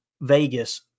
Vegas